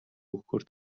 өгөхөөр